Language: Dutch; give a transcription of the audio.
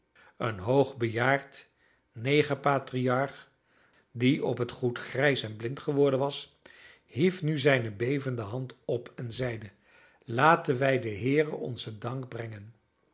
een hoogbejaard negerpatriarch die op het goed grijs en blind geworden was hief nu zijne bevende hand op en zeide laten wij den heere onzen dank brengen